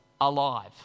alive